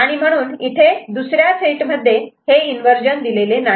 आणि म्हणूनच इथे दुसऱ्या सेटमध्ये हे इन्वर्जन दिलेले नाही